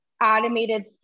automated